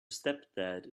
stepdad